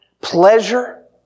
pleasure